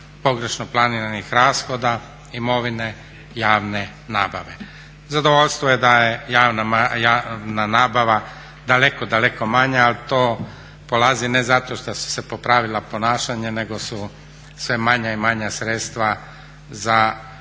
pogrešno planiranih rashoda imovine, javne nabave. Zadovoljstvo je da je javna nabava daleko, daleko manja ali to polazi ne zato što su se popravila ponašanja, nego su sve manja i manja sredstva za ulaganje